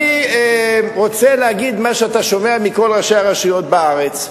אני רוצה להגיד מה שאתה שומע מכל ראשי הרשויות בארץ,